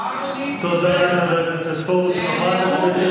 תודה לחבר הכנסת פרוש.